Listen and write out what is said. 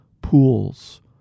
pools